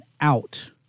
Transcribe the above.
out